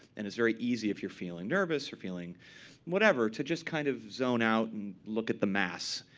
and it's very easy, if you're feeling nervous or feeling whatever, to just kind of zone out and look at the mass.